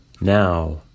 now